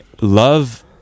love